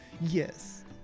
Yes